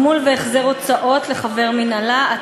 24), התשע"ה 2014, גמול והחזר הוצאות לחבר מינהלה.